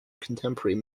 contemporary